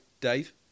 Dave